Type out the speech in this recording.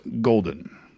Golden